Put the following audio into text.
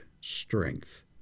strength